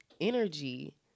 energy